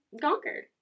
conquered